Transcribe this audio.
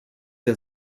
der